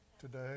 today